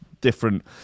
different